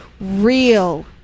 real